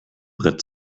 brett